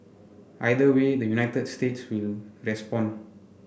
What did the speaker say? either way the United States will respond